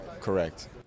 Correct